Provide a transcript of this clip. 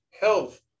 health